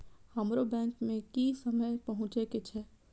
हमरो बैंक में की समय पहुँचे के छै?